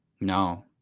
No